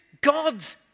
God's